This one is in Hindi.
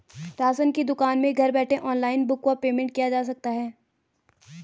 राशन की दुकान में घर बैठे ऑनलाइन बुक व पेमेंट किया जा सकता है?